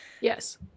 yes